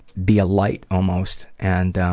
be a light almost and